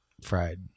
Fried